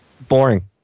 boring